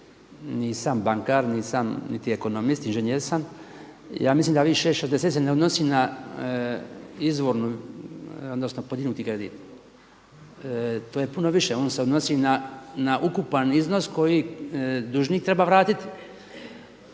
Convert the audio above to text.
nisam bankar, nisam niti ekonomist, inženjer sam. Ja mislim da ovih 6,60 se ne odnosi na izvornu, odnosno podignuti kredit, to je puno više, ono se odnosi na ukupan iznos koji dužnik treba vratiti.